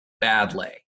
badly